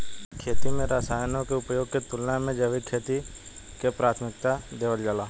खेती में रसायनों के उपयोग के तुलना में जैविक खेती के प्राथमिकता देवल जाला